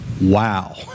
Wow